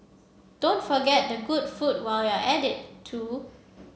don't forget the good food while you're at it too